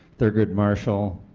thurgood marshall,